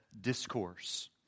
Discourse